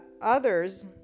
others